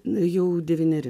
jau devyneri